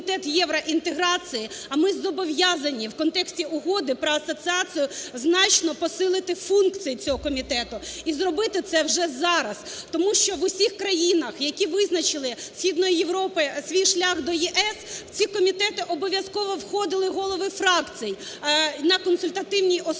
а ми зобов'язані в контексті Угоди про асоціацію значно посилити функції цього комітету. І зробити це вже зараз, тому що в усіх країнах, які визначили (Східної Європи) свій шлях до ЄС, в ці комітети обов'язково входили голови фракцій на консультативній основі